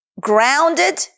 Grounded